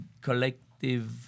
collective